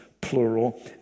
plural